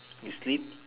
you sleep